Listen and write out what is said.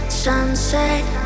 sunset